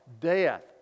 Death